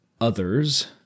others